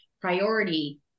priority